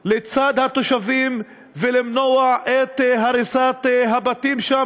לצד התושבים ולמנוע את הריסת הבתים שם.